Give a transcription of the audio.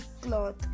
cloth